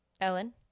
Ellen